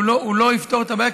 אבל הוא לא יפתור את הבעיה,